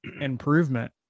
improvement